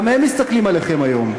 גם הם מסתכלים עליכם היום.